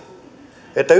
että